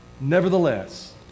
nevertheless